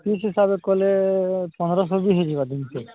fees ହିସାବରେ କଲେ ପନ୍ଦରଶହ ବି ହୋଇଯିବ ଦିନକୁ